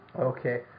Okay